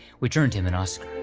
which earned him an oscar.